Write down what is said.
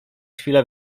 chwilę